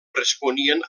responien